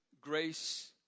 grace